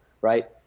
right